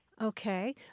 Okay